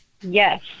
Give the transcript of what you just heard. yes